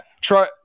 try